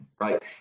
right